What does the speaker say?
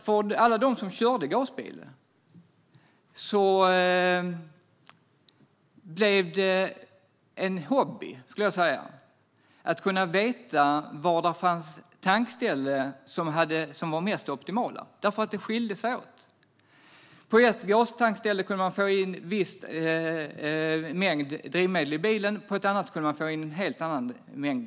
För alla dem som körde gasbil blev det en hobby, skulle jag vilja säga, att veta var det fanns tankställen som var de mest optimala. Det skilde sig åt. På ett gastankställe kunde man få in en viss mängd drivmedel i bilen, och på ett annat kunde man få in en helt annan mängd.